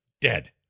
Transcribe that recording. dead